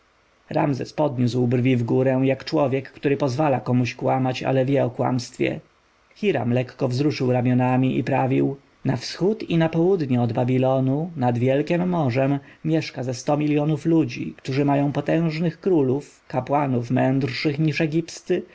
ramzes podniósł brwi wgórę jak człowiek który pozwała komuś kłamać ale wie o kłamstwie hiram lekko wzruszył ramionami i prawił na wschód i na południe od babilonu nad wielkiem morzem mieszka ze sto miljonów ludzi którzy mają potężnych królów kapłanów mędrszych niż